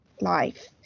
life